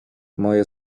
moje